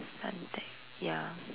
Suntec ya